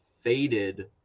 faded